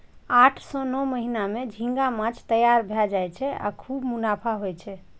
आठ सं नौ महीना मे झींगा माछ तैयार भए जाय छै आ खूब मुनाफा होइ छै